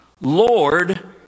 Lord